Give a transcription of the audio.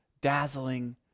dazzling